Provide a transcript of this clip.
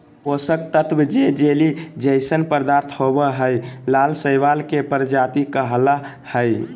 पोषक तत्त्व जे जेली जइसन पदार्थ होबो हइ, लाल शैवाल के प्रजाति कहला हइ,